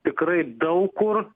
tikrai daug kur